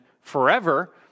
forever